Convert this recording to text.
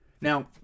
Now